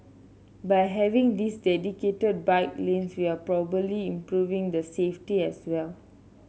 by having these dedicated bike lanes we're probably improving the safety as well